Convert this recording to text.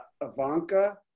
Ivanka